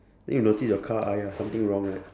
then you notice your car !aiya! something wrong right